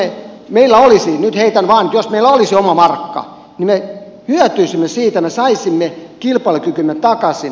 jos meillä olisi nyt heitän vaan oma markka niin me hyötyisimme siitä me saisimme kilpailukykymme takaisin